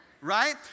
right